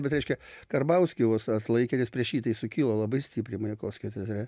bet reiškia karbauskį vos atlaikė nes prieš jį tai sukilo labai stipriai majakovskio teatre